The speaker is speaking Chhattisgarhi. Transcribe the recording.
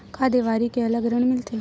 का देवारी के अलग ऋण मिलथे?